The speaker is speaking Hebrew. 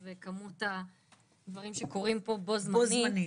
וכמות הדברים שקורים פה בו זמנית,